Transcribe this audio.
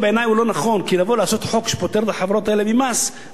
כי לבוא ולעשות חוק שפוטר את החברות האלה ממס זה מעשה לא נכון.